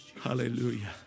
Hallelujah